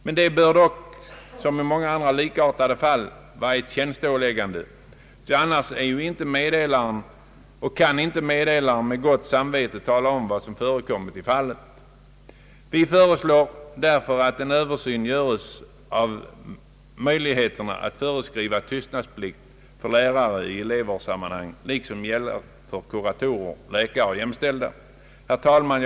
Detta bör dock, som i många andra likartade fall, vara ett tjänsteåliggande, annars kan inte meddelaren med gott samvete tala om vad som förekommit i fallet. Vi föreslår därför att en översyn göres av möjligheterna att föreskriva tystnadsplikt för lärare i elevvårdssammanhang, vilket också gäller för kuratorer, läkare och jämställda. Herr talman!